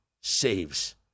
saves